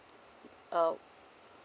uh